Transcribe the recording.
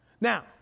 Now